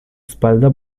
espada